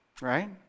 right